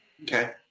Okay